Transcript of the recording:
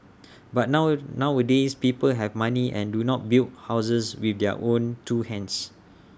but now nowadays people have money and do not build houses with their own two hands